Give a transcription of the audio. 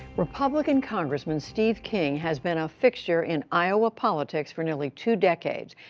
republican congressman steve king has been a fixture in iowa politics for nearly two decades,